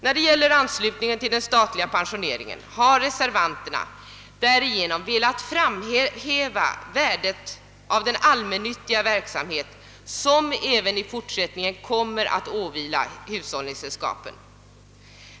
När det gäller anslutningen till den statliga pensioneringen har reservanterna velat framhäva värdet av den allmännyttiga verksamhet som även i fortsättningen kommer att åvila hushållningssällskapen.